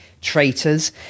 traitors